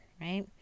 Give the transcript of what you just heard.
right